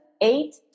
eight